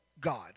God